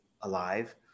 alive